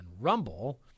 Rumble